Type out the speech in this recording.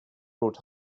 road